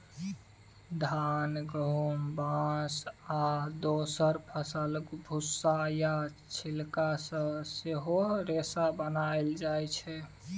धान, गहुम, बाँस आ दोसर फसलक भुस्सा या छिलका सँ सेहो रेशा बनाएल जाइ छै